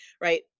right